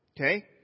Okay